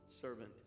servant